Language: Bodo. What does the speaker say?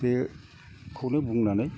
बेखौनो बुंनानै